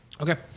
Okay